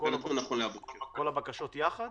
כל הבקשות יחד?